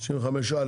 65(א).